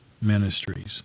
Ministries